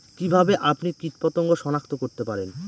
কিভাবে আপনি কীটপতঙ্গ সনাক্ত করতে পারেন?